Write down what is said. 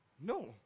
No